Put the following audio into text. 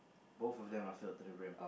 both of them are filled to the brim